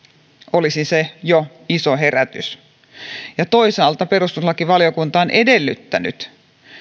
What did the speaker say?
olisi se jo iso herätys toisaalta perustuslakivaliokunta on edellyttänyt